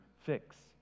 fix